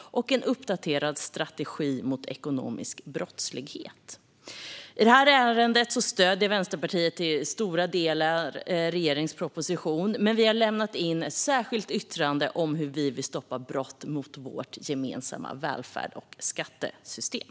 Vi måste också ha en uppdaterad strategi mot ekonomisk brottslighet. I det här ärendet stöder Vänsterpartiet i stora delar regeringens proposition, men vi har lämnat in ett särskilt yttrande om hur vi vill stoppa brott mot vårt gemensamma välfärds och skattesystem.